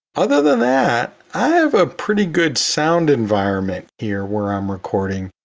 other than that, i have a pretty good sound environment here where i'm recording.